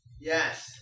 Yes